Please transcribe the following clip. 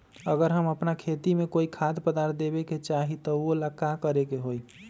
अगर हम अपना खेती में कोइ खाद्य पदार्थ देबे के चाही त वो ला का करे के होई?